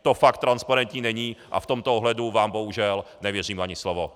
To fakt transparentní není a v tomto ohledu vám bohužel nevěřím ani slovo.